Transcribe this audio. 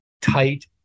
tight